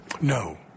No